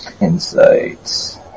Insights